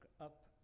up